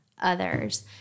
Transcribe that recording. others